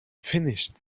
finished